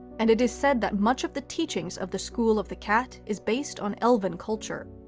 and it is said that much of the teachings of the school of the cat is based on elven culture.